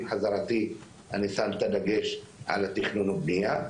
עם חזרתי אני שם את הדגש על התכנון ובנייה.